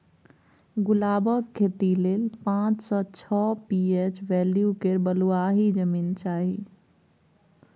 गुलाबक खेती लेल पाँच सँ छओ पी.एच बैल्यु केर बलुआही जमीन चाही